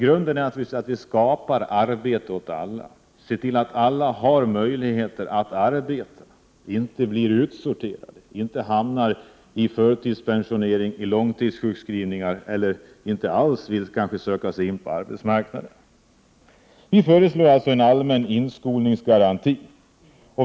Grunden är naturligtvis att skapa arbete åt alla, att se till att alla har möjligheter att arbeta och inte blir utsorterade — blir förtidspensionerade eller långtidssjukskrivna eller kanske inte alls vill söka sig in på arbetsmarknaden. Vi föreslår alltså en allmän inskolningsgaranti.